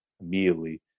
immediately